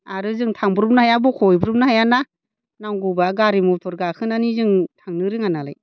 आरो जों थांब्रबनो हाया बख'हैब्रबनो हायाना नांगौबा गारि मथर गाखोनानै जों थांनो रोङा नालाय